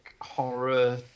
horror